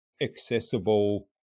accessible